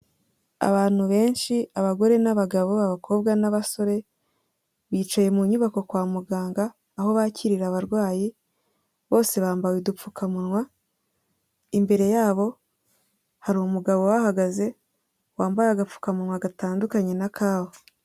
Abantu benshi abagore n'abagabo abakobwa n'abasore, bicaye mu nyubako kwa muganga aho bakirira abarwayi bose bambaye udupfukamunwa, imbere yabo hari umugabo uhahagaze wambaye agapfukamunwa gatandukanye n'akabo.